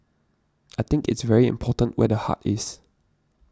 I think it's very important where the heart is